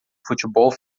futebol